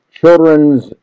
children's